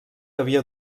havia